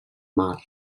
mar